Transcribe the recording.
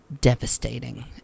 devastating